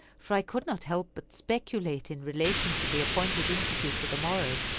for i could not help but speculate in relation to the appointed interview for the morrow.